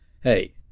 hey